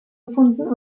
gefunden